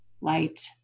light